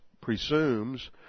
presumes